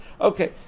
Okay